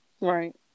Right